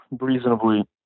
reasonably